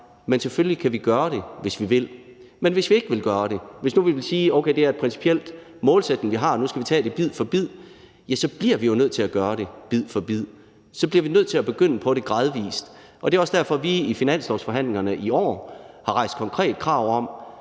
Selvfølgelig kan vi gøre det, hvis vi vil. Hvis vi nu siger, at det er en principiel målsætning, vi har, at vi nu skal tage det bid for bid, ja, så bliver vi jo nødt til at gøre det bid for bid. Så bliver vi nødt til at begynde på det gradvis, og det er også derfor, vi i finanslovsforhandlingerne i år har rejst et konkret krav om,